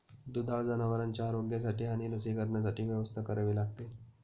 दुधाळ जनावरांच्या आरोग्यासाठी आणि लसीकरणासाठी व्यवस्था करावी लागते